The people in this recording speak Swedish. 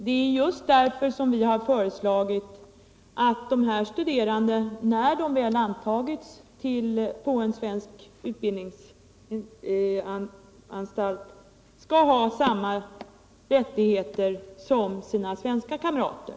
Vi har i stället Nr 113 föreslagit att dessa studerande, när de väl intagits vid en svensk utbildnings Fredagen den anstalt, skall ha samma rättigheter som sina svenska kamrater.